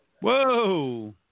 Whoa